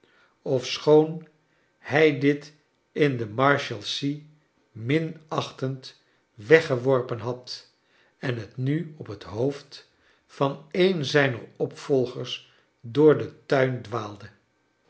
ofschoon hij dit in de marshalsea minachtend weggeworpen had en het nu op het hoofd van een zijner opvolgers door den tuin dwaalde